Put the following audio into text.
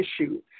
issue